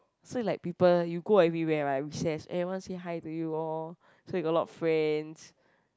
so like people you go everywhere right recess everyone say hi to you all so you got a lot of friends